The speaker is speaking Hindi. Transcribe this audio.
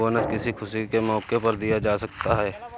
बोनस किसी खुशी के मौके पर दिया जा सकता है